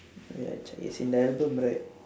wait I check is in the album right